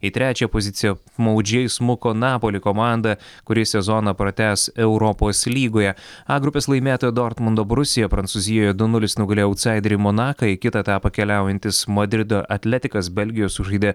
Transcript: į trečiąją poziciją maudžiai smuko napoli komanda kuri sezoną pratęs europos lygoje a grupės laimėtoja dortmundo borusija prancūzijoje du nulis nugalėjo autsaiderį monaką į kitą etapą keliaujantis madrido atletikas belgijo sužaidė